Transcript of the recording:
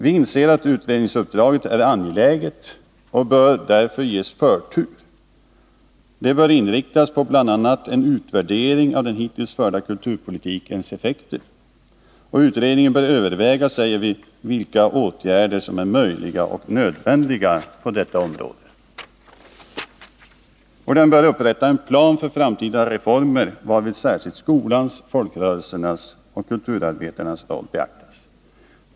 Vi anser att utredningsuppdraget är angeläget och därför bör ges förtur. Det bör inriktas på bl.a. en utvärdering av den hittills förda kulturpolitikens effekter. Utredningen bör också överväga vilka åtgärder som är möjliga och nödvändiga på detta område samt upprätta en plan för framtida reformer, varvid särskilt skolans, folkrörelsernas och kulturarbetarnas roll skall beaktas.